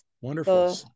Wonderful